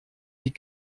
die